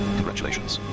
Congratulations